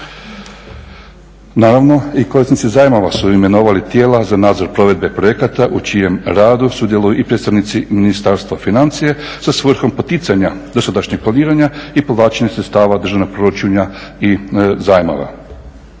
Naravno i korisnici zajmova su imenovali tijela za nadzor provedbe projekata u čijem radu sudjeluju i predstavnici Ministarstva financija sa svrhom poticanja dosadašnjeg planiranja i povlačenja sredstava državnog proračuna i zajmova.